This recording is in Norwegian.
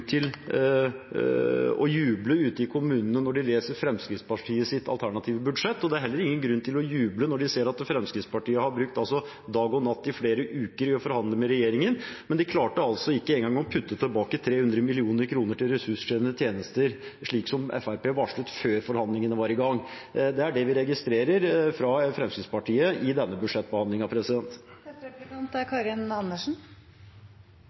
til å juble ute i kommunene når de leser Fremskrittspartiets alternative budsjett. Det er heller ingen grunn til å juble når de ser at Fremskrittspartiet har brukt dag og natt i flere uker på å forhandle med regjeringen, men de klarte ikke engang å putte tilbake 300 mill. kr til ressurskrevende tjenester, slik Fremskrittspartiet varslet før forhandlingene var i gang. Det er det vi registrerer fra Fremskrittspartiet i denne budsjettbehandlingen. Når Arbeiderpartiet er